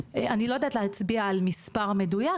אני לא יודעת להצביע על מספר מדויק,